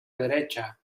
derecha